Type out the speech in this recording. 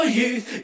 youth